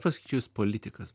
pasakyčiau jis politikas